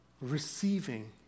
receiving